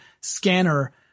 scanner